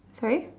sorry